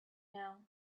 now